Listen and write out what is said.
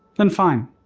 then fine,